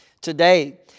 Today